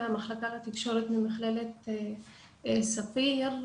מהמחלקה לתקשורת ממכללת ספיר,